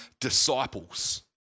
disciples